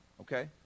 Okay